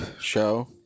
show